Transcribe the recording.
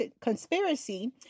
conspiracy